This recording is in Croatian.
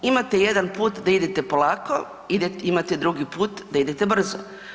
Imate jedan put da idete polako, imate drugi put da idete brzo.